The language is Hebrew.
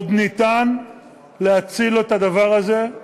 עוד ניתן להציל את הדבר הזה.